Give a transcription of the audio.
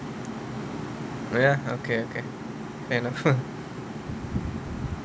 ya okay okay